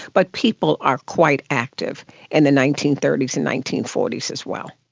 but people are quite active in the nineteen thirty s and nineteen forty s as well.